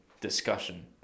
discussion